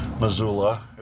Missoula